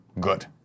Good